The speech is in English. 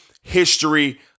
history